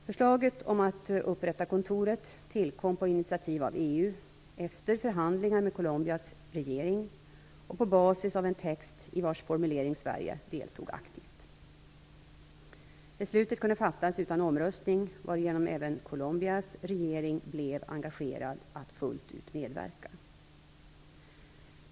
Förslaget om att upprätta kontoret tillkom på initiativ av EU, efter förhandlingar med Colombias regering och på basis av en text i vars formulering Sverige deltog aktivt. Beslutet kunde fattas utan omröstning, varigenom även Colombias regering blev engagerad att fullt ut medverka.